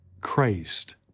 Christ